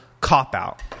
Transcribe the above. cop-out